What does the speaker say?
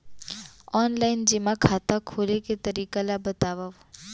Online जेमा खाता खोले के तरीका ल बतावव?